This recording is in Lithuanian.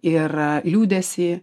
ir liūdesį